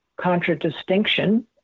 contradistinction